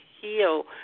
heal